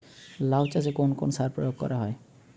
লাউ চাষে কোন কোন সার প্রয়োগ করা হয়?